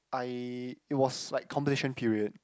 I it was like competition period